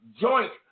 joint